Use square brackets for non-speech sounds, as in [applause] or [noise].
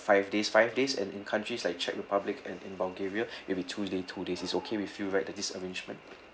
five days five days and in countries like czech republic and in bulgaria [breath] it'll be two day two days it's okay with you right the this arrangement